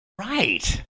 Right